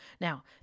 Now